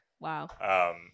Wow